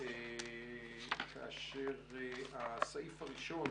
כאשר הסעיף הראשון